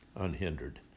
unhindered